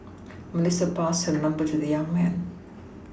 Melissa passed her number to the young man